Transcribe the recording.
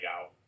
out